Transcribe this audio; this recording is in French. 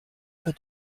pas